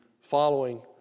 following